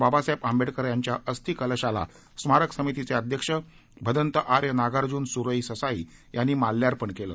बाबासाहेब आंबेडकर यांच्या अस्थिकलशाला स्मारक समितीचे अध्यक्ष भदन्त आर्य नागार्जुन सुरई ससाई यांनी माल्यार्पण केलं